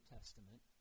Testament